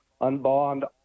unbond